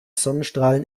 sonnenstrahlen